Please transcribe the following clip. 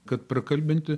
kad prakalbinti